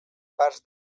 parts